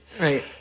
Right